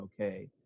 okay